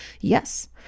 yes